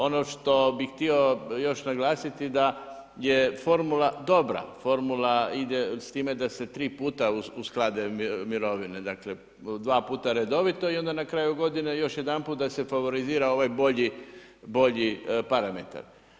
Ono što bih htio još naglasiti da je formula dobra, formula ide s time da se tri puta usklade mirovine, dakle 2x redovito i onda na kraju godine još jednput da se favorizira ovaj bolji, bolji parametar.